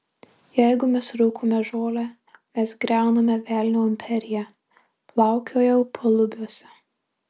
jeigu mes rūkome žolę mes griauname velnio imperiją plaukiojau palubiuose